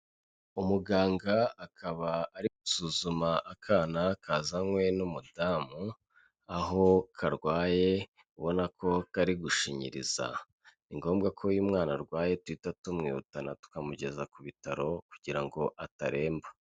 Umuganga akaba ari gusuzuma akana kazanywe n'umudamu, aho karwaye ubona ko kari gushinyiriza. Ni ngombwa ko iyo umwana arwaye duhita tumwihutana tukamugeza ku bitaro kugira ngo ataremba.